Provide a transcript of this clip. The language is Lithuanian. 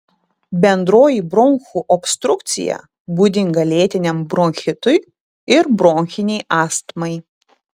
bendroji bronchų obstrukcija būdinga lėtiniam bronchitui ir bronchinei astmai